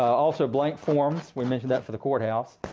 also blank forms, we mentioned that, for the courthouse.